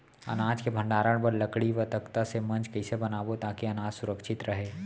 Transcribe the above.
अनाज के भण्डारण बर लकड़ी व तख्ता से मंच कैसे बनाबो ताकि अनाज सुरक्षित रहे?